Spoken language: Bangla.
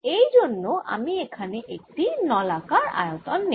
এই জন্য আমি এখানে একটি নলাকার আয়তন নেব